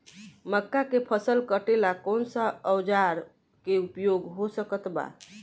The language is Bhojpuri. मक्का के फसल कटेला कौन सा औजार के उपयोग हो सकत बा?